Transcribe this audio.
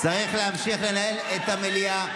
צריך להמשיך לנהל את המליאה.